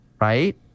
right